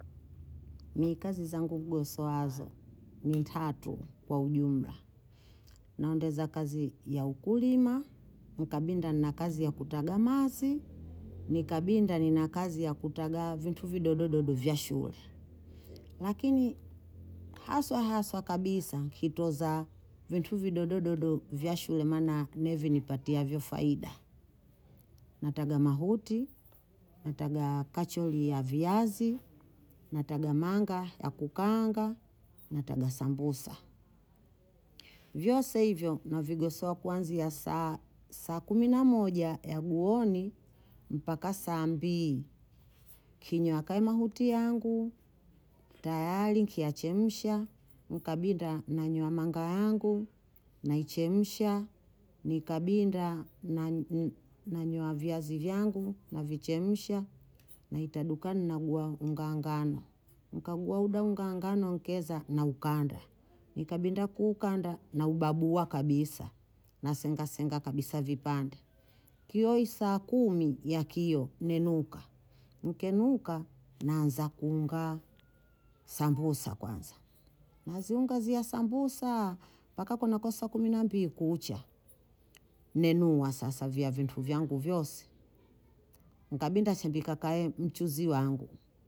Ni kazi zangu kwezo azo, ni tatu kwa ugyumla. Naonde za kazi ya ukurima, nikabinda nina kazi ya kutaga mazi, nikabinda nina kazi ya kutaga vintuvi dododo du vya shule. Lakini haswa haswa kabisa hito za vintuvi dododo du vya shule mana nevi nipatia vyo faida. Nataga mahuti, nataga kacholi ya viyazi, nataga manga ya kukanga, nataga sambosa. Vyo saivyo na vigo soa kwanzi ya saa- saa kuminamoja ya guoni mpaka sambiii kinyo akai mahuti yangu, tayari nkiachemusha, nikabinda nanyo ya manga yangu, naichemusha, nikabinda nanyo ya vyazi yangu, navichemusha, naitaduka ni naguwa ungangano. Unkaguwa ungangano ungeza na ukanda. Nikabinda kukanda naubabua kabisa, nasenga senga kabisa vipande. Kiyo isaa kumi ya kiyo nenuka. Nkenuka, naanza kunga sambosa kwanza. Naziunga zia sambosa paka kuna kosa kuminambi ikucha. Nenuwa sasa vya vintu vyangu vyosi. Nkabinda chempika kai mchuzi wangu.